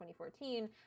2014